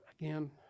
Again